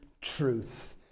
truth